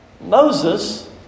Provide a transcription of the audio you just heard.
Moses